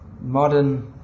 modern